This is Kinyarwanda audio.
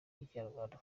y’ikinyamakuru